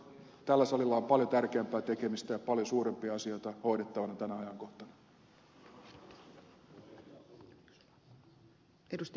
tällä salilla on paljon tärkeämpää tekemistä ja paljon suurempia asioita hoidettavana tänä ajankohtana